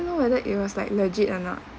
know whether it was like legit or not